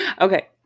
okay